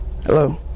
Hello